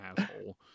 asshole